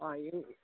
ആ